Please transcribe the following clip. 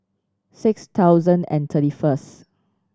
six thousand and thirty first